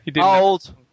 Old